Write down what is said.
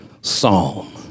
psalm